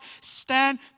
stand